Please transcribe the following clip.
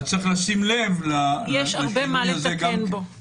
צריך לשים לב לשינוי הזה גם כן.